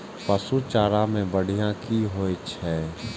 पशु चारा मैं बढ़िया की होय छै?